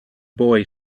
boy